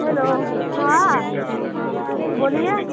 hello हाँ बोलिए